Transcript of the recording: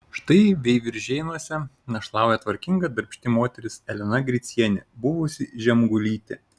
štai veiviržėnuose našlauja tvarkinga darbšti moteris elena gricienė buvusi žemgulytė